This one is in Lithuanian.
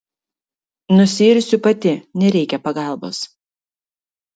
nusiirsiu pati nereikia pagalbos